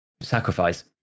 sacrifice